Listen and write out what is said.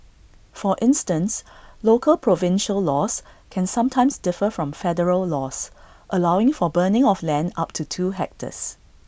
for instance local provincial laws can sometimes differ from federal laws allowing for burning of land up to two hectares